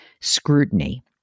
scrutiny